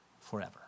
forever